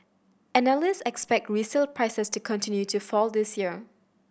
analyst expect resale prices to continue to fall this year